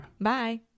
Bye